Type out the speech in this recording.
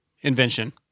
invention